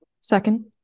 Second